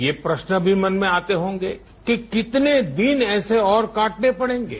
ये प्रश्न भी मन में आते होंगे कि कितने दिन ऐसे और काटने पड़ेगे